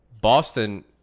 Boston